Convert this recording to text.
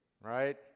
right